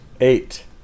Eight